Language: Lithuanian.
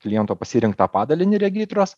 kliento pasirinktą padalinį regitros